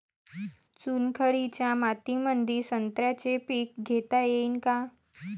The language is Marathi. चुनखडीच्या मातीमंदी संत्र्याचे पीक घेता येईन का?